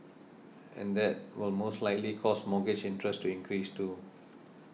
and that will most likely cause mortgage interest to increase too